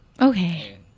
Okay